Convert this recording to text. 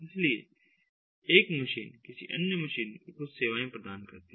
इसलिए एक मशीन किसी अन्य मशीन को कुछ सेवाएं प्रदान करती है